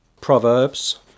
Proverbs